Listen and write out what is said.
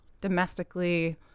domestically